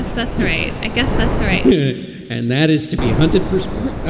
that's right. i guess that's right and that is to be hunted for sport,